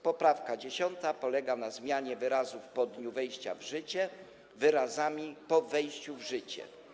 Poprawka 10. polega na zmianie wyrazów „po dniu wejścia w życie” na wyrazy „po wejściu w życie”